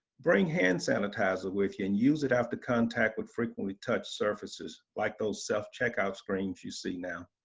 bring hand sanitizer with you and use it after contact with frequently touched surfaces, like those self-checkout screens you see now.